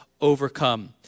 overcome